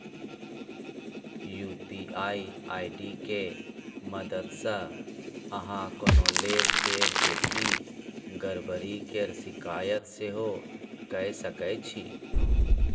UPI ID के मददसँ अहाँ कोनो लेब देब देखि गरबरी केर शिकायत सेहो कए सकै छी